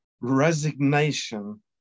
resignation